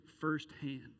firsthand